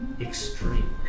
Extreme